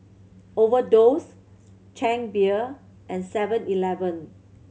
Overdose Chang Beer and Seven Eleven